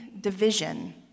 division